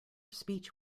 speech